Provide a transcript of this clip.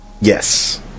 Yes